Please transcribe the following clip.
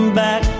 back